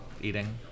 eating